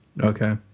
Okay